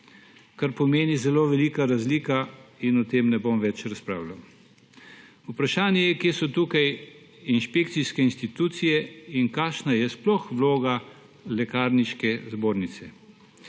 kar pomeni zelo veliko razliko in o tem ne bom več razpravljal. Vprašanje je, kje so tukaj inšpekcijske institucije in kakšna je sploh vloga Lekarniške zbornice.